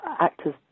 actors